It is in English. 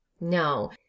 No